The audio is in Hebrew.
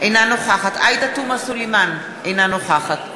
אינה נוכחת עאידה תומא סלימאן, אינה נוכחת תודה,